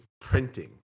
printing